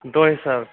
دۄہ حِساب